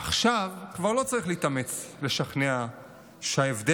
עכשיו כבר לא צריך להתאמץ לשכנע שההבדל